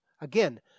Again